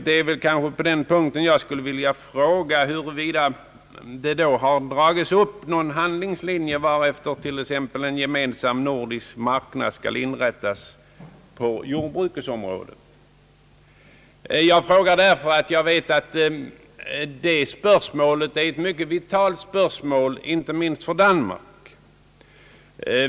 Det är på den punkten jag skulle vilja fråga, huruvida det har dragits upp någon handlingslinje, varefter t.ex. en gemensam nordisk marknad skall inrättas på jordbrukets område. Jag frågar därför att jag vet att det är ett vitalt spörsmål inte minst för Danmark.